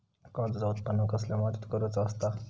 काजूचा उत्त्पन कसल्या मातीत करुचा असता?